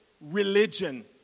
Religion